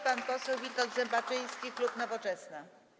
Pan poseł Witold Zembaczyński, klub Nowoczesna.